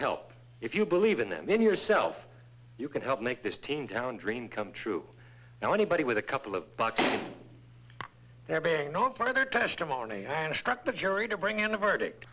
help if you believe in them in yourself you can help make this team town dream come true and anybody with a couple of bucks they're bang on for their testimony and struck the jury to bring in a verdict